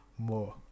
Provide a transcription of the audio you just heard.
More